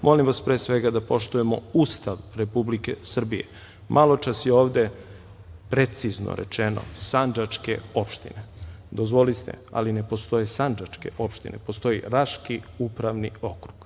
Molim vas pre svega da poštujemo Ustav Republike Srbije. Maločas je ovde precizno rečeno "sandžačke opštine", dozvolite, ali ne postoje sandžačke opštine. Postoji Raški upravni okrug